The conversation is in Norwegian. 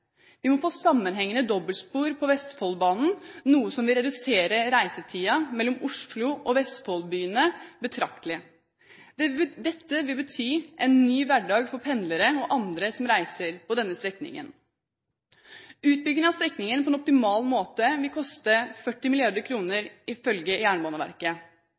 Vi må få sammenhengende dobbeltspor på Vestfoldbanen, noe som vil redusere reisetiden mellom Oslo og vestfoldbyene betraktelig. Dette vil bety en ny hverdag for pendlere og andre som reiser på denne strekningen. Utbyggingen av strekningen på en optimal måte vil koste 40 mrd. kr, ifølge Jernbaneverket.